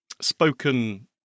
spoken